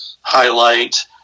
highlight